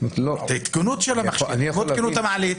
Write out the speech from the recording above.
תקינות המכשיר כמו תקינות המעלית.